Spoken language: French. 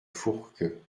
fourqueux